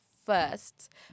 first